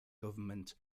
government